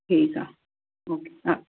ठीकु आहे ओके हा